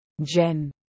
Jen